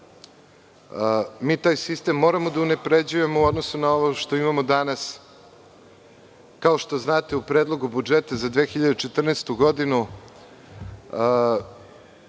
Taj sistem moramo da unapređujemo u odnosu na ovo što imamo danas. Kao što znate, u Predlogu budžeta za 2014. godinu